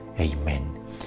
Amen